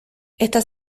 esta